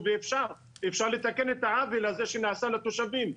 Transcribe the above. ואפשר לתקן את העוול שנעשה לתושבים.